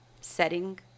setting